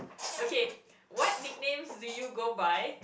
okay what nickname did you go by